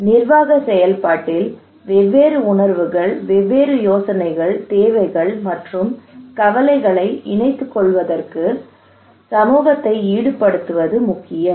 எனவே நிர்வாக செயல்பாட்டில் வெவ்வேறு உணர்வுகள் வெவ்வேறு யோசனைகள் தேவைகள் மற்றும் கவலைகளை இணைத்துக்கொள்வதற்கு சமூகத்தை ஈடுபடுத்துவது முக்கியம்